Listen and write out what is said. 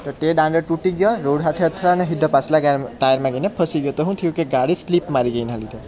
તો તે દાંડો તૂટી ગયો રોડ સાથે અથડાયો સીધો પાછલા ટાયર લાગીને ફસાઈ ગયું તો શું થયું કે ગાડી સ્લીપ મારી ગઈ એના લીધે